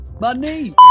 Money